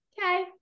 Okay